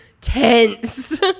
tense